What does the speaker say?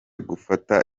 gufata